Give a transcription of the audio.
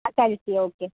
ಆಂ ಕಳಿಸಿ ಓಕೆ